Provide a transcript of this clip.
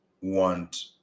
want